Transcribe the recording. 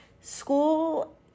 school